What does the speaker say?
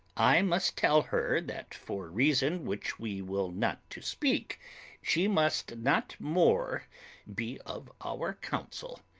i must tell her that for reason which we will not to speak she must not more be of our council,